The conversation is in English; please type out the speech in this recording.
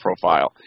Profile